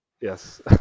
yes